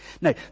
Now